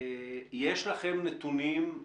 יש לכם נתונים,